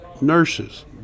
nurses